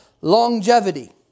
longevity